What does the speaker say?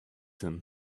him